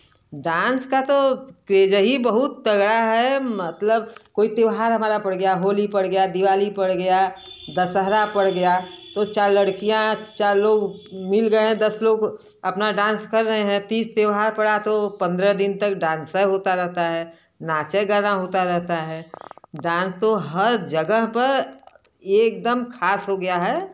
dance का तो craze ही बहुत तगड़ा है मतलब कोई त्यौहार हमारा पड़ गया होली पड़ गया दिवाली पड़ गया दशहरा पड़ गया दो चार लड़कियाँ चार लोग मिल गए हैं दस लोग अपना डांस कर रहे हैं तीज त्योहार पड़ा तो पंद्रह दिन तक डांस ही होता रहता है नाचे गाना होता रहता है डांस तो हर जगह पर एकदम खास हो गया है